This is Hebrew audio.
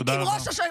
תודה רבה.